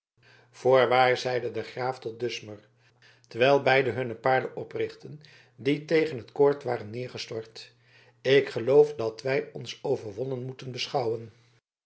voorwaar zeide de graaf tot dusmer terwijl beiden hunne paarden oprichtten die tegen het koord waren neergestort ik geloof at wij ons overwonnen moeten beschouwen